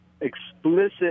explicit